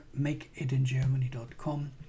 makeitingermany.com